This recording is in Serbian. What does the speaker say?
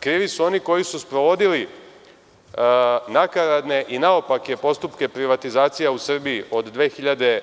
Krivi su oni koji su sprovodili nakaradne i naopake postupke privatizacija u Srbiji od 2001.